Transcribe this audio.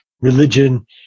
religion